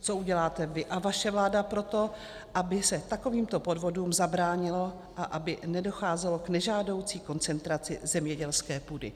Co uděláte vy a vaše vláda pro to, aby se takovýmto podvodům zabránilo a aby nedocházelo k nežádoucí koncentraci zemědělské půdy?